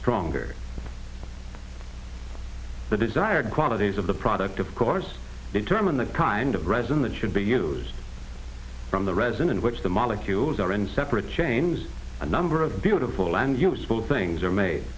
stronger the desired qualities of the product of course determine the kind of resin that should be used from the resin in which the molecules are in separate chains a number of beautiful and useful things are made